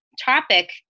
topic